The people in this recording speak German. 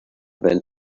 wenn